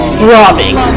throbbing